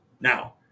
Now